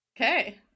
Okay